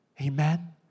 Amen